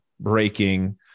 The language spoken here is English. breaking